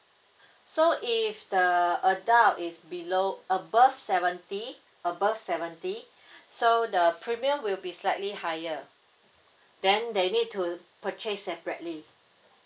so if the adult is below above seventy above seventy so the premium will be slightly higher then they need to purchase separately